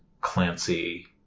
Clancy